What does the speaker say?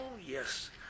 yes